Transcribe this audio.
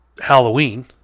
Halloween